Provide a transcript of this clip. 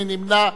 מי נמנע,